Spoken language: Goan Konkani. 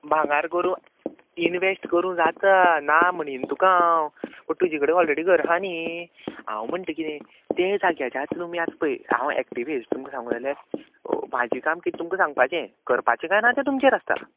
भांगार करूं इनवेस्ट करूं जाता ना म्हण तुका हांव बट तुजे कडेन ऑलरेडी घर हा न्ही हांव म्हणटा किदें तें जाग्याच्या तुमी आतां पळय हांव एक्टिवेस्ट तुमकां सांगूं जाल्यार म्हाजे काम कितें तुमकां सांगपाचें करपाचें कांय ना तें तुमचेर आसता